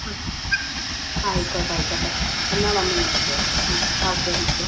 അ ആയിക്കോട്ടെ ആയിക്കോട്ടെ എന്നാൽ വന്ന് മേടിച്ചേക്കാം ഓക്കെ എന്നാൽ